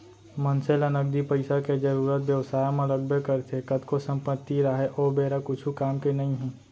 मनसे ल नगदी पइसा के जरुरत बेवसाय म लगबे करथे कतको संपत्ति राहय ओ बेरा कुछु काम के नइ हे